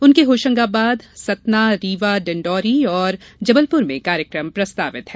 उनके होशंगाबाद सतना रीवा डिंडोरी और जबलपुर में कार्यक्रम प्रस्तावित हैं